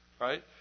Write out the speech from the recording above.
Right